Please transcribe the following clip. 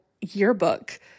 yearbook